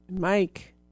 Mike